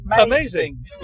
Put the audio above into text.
amazing